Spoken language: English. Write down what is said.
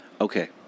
Okay